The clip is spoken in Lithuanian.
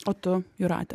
o tu jūrate